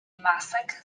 masek